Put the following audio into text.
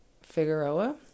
Figueroa